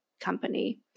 company